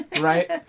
right